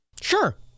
Sure